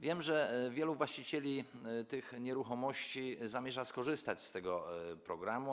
Wiem, że wielu właścicieli tych nieruchomości zamierza skorzystać z tego programu.